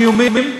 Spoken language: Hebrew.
זיהומים,